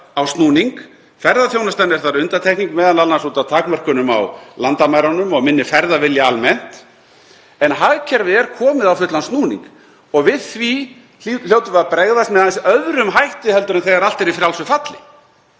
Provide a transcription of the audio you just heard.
á snúning. Ferðaþjónustan er þar undantekning, m.a. út af takmörkunum á landamærunum og minni ferðavilja almennt. En hagkerfið er komið á fullan snúning. Við því hljótum við að bregðast með aðeins öðrum hætti en þegar allt er í frjálsu falli.